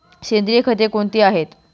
सेंद्रिय खते कोणती आहेत?